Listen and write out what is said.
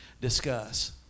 discuss